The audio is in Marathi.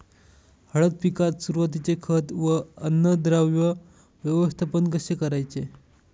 हळद पिकात सुरुवातीचे खत व अन्नद्रव्य व्यवस्थापन कसे करायचे?